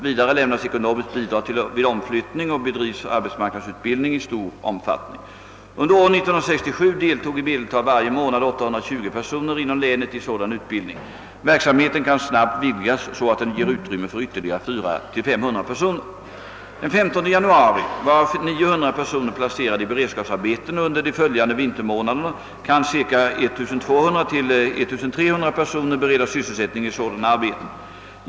Vidare lämnas ekonomiskt bidrag vid omflyttning och bedrivs arbetsmarknadsutbildning i stor omfattning. Under år 1967 deltog i medeltal varje månad 820 personer inom länet i sådan utbildning. Verksamheten kan snabbt vidgas så att den ger utrymme för ytterligare 400—500 personer. Den 15 januari var 900 personer placerade i beredskapsarbeten och under de följande vintermånaderna kan cirka 1200—1 300 personer beredas sysselsättning i sådana arbeten.